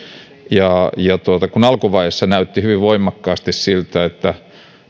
alkuvaiheessa näytti hyvin voimakkaasti siltä että